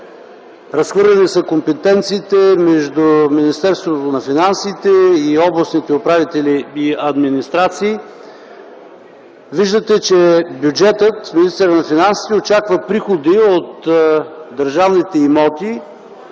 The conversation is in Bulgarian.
разхвърляни между Министерството на финансите, областните управители и администрациите. Виждате, че бюджетът, министърът на финансите очаква приходи от държавните имоти,